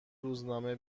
روزنامه